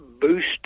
boost